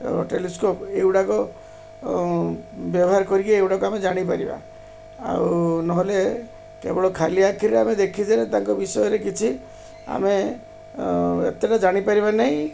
telescope ଏଗୁଡ଼ାକ ବ୍ୟବହାର କରିକି ଏଗୁଡ଼ାକ ଆମେ ଜାଣିପାରିବା ଆଉ ନହେଲେ କେବଳ ଖାଲି ଆଖିରେ ଆମେ ଦେଖିଦେଲେ ତାଙ୍କ ବିଷୟରେ କିଛି ଆମେ ଏତେଟା ଜାଣିପାରିବା ନାହିଁ